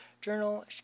Journal